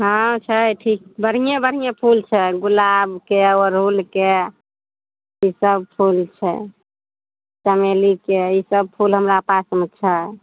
हँ छै ठीक बढ़िएँ बढ़िएँ फुल छै गुलाबके ओड़हुलके सब फुल छै चमेलीके ई सब फुल हमरा पासमे छै